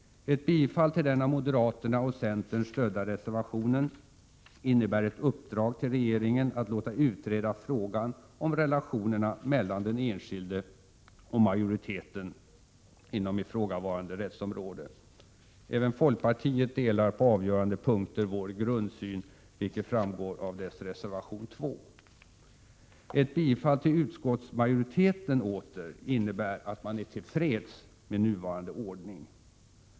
Ett bifall till den av moderaterna och centern stödda reservationen innebär ett uppdrag till regeringen att låta utreda frågan om relationerna mellan den enskilde och majoriteten inom ifrågavarande rättsområde. Även folkpartiet delar på avgörande punkter vår grundsyn, vilket framgår av dess reservation 2. Ett bifall till utskottsmajoriteten åter innebär att man är till freds med nuvarande ordning.